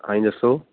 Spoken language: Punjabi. ਹਾਂਜੀ ਦੱਸੋ